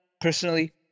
personally